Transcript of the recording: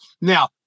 Now